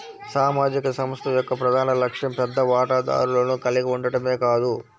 సామాజిక సంస్థ యొక్క ప్రధాన లక్ష్యం పెద్ద వాటాదారులను కలిగి ఉండటమే కాదు